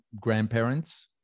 grandparents